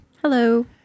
Hello